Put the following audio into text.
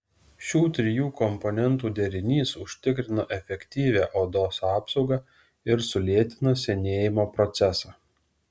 šių trijų komponentų derinys užtikrina efektyvią odos apsaugą ir sulėtina senėjimo procesą